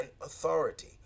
authority